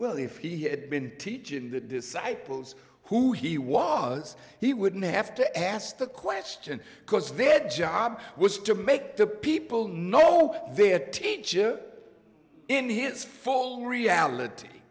well if he had been teaching the disciples who he was he wouldn't have to ask the question because their job was to make the people know their teacher in his full reality